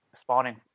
spawning